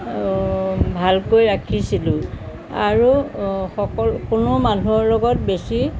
ভালকৈ ৰাখিছিলোঁ আৰু সকলো কোনো মানুহৰ লগত বেছি